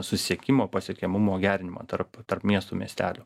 susisiekimo pasiekiamumo gerinimo tarp tarp miestų miestelių